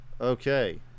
okay